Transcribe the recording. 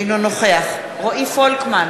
אינו נוכח רועי פולקמן,